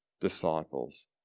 disciples